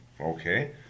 okay